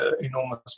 enormous